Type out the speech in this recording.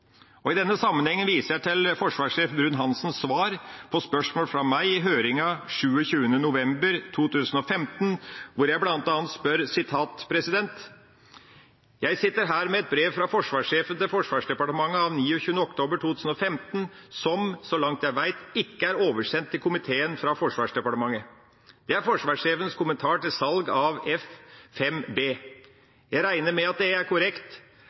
dokument. I denne sammenhengen viser jeg til forsvarssjef Bruun-Hanssens svar på spørsmål fra meg i høringen 27. november 2015, hvor jeg bl.a. spør: «Jeg sitter her med et brev fra forsvarssjefen til Forsvarsdepartementet av 29. oktober 2015, som, så langt jeg vet, ikke er oversendt til komitéen fra Forsvarsdepartementet. Det er forsvarssjefens kommentar til salg av F-5B. Jeg regner med at det er korrekt.